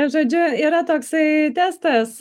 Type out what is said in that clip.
žodžiu yra toksai testas